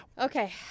Okay